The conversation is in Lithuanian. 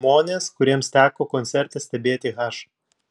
žmonės kuriems teko koncerte stebėti h